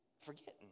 Forgetting